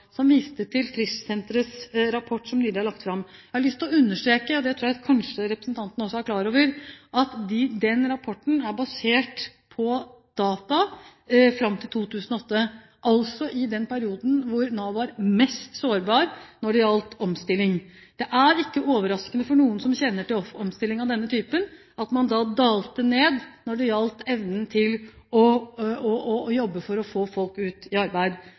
som viste til Frischsenterets rapport, som nylig er lagt fram. Jeg har lyst til å understreke – det tror jeg kanskje representanten også er klar over – at den rapporten er basert på data fram til 2008, altså i den perioden hvor Nav var mest sårbar når det gjaldt omstilling. Det er ikke overraskende for noen som kjenner til omstillinger av denne typen, at man dalte ned når det gjaldt evnen til å jobbe for å få folk ut i arbeid.